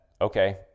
okay